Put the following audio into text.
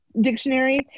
dictionary